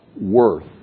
worth